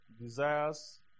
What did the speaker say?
Desires